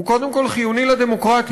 הוא קודם כול חיוני לדמוקרטיה.